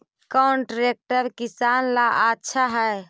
कौन ट्रैक्टर किसान ला आछा है?